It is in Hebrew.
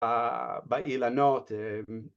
באילנות...